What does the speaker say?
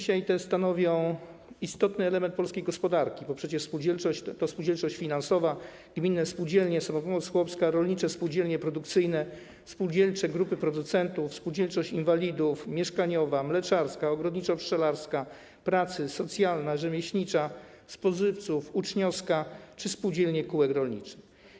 Spółdzielnie te stanowią dzisiaj istotny element polskiej gospodarki, bo przecież spółdzielczość to spółdzielczość finansowa, gminne spółdzielnie, Samopomoc Chłopska, rolnicze spółdzielnie produkcyjne, spółdzielcze grupy producentów, spółdzielczość inwalidów, mieszkaniowa, mleczarska, ogrodniczo-pszczelarska, pracy, socjalna, rzemieślnicza, spożywców, uczniowska czy spółdzielnie kółek rolniczych.